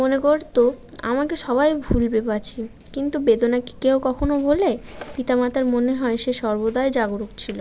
মনে করতো আমাকে সবাই ভুল ভেবেছে কিন্তু বেদনা কি কেউ কখনো ভোলে পিতা মাতার মনে হয় সে সর্বদাই জাগরূক ছিলো